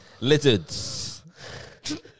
Lizards